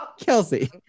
Kelsey